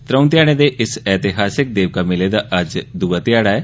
त्रौं ध्याड़ें दे इस ऐतिहासिक देवका मेले दा अज्ज दुए ध्याड़ा ऐ